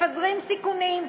מפזרים סיכונים,